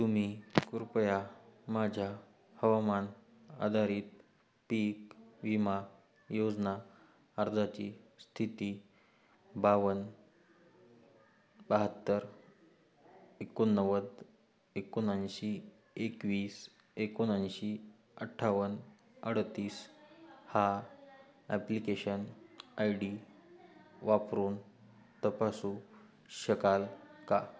तुम्ही कृपया माझ्या हवामान आधारित पीक विमा योजना अर्जाची स्थिती बावन्न बहात्तर एकोणनव्वद एकोणऐंशी एकवीस एकोणऐंशी अठ्ठावन्न अडतीस हा ॲप्लिकेशन आय डी वापरून तपासू शकाल का